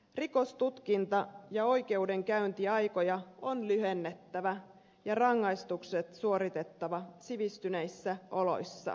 rikostutkinta ja oikeudenkäyntiaikoja on lyhennettävä ja rangaistukset suoritettava sivistyneissä oloissa